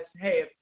hey